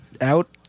out